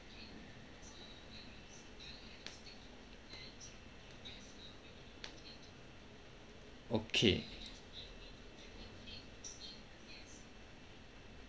okay